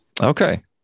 okay